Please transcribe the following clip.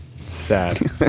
Sad